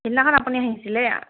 সিদিনাখন আপুনি আহিছিলি